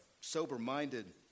Sober-minded